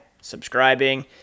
subscribing